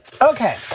Okay